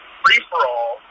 free-for-all